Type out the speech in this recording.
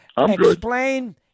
Explain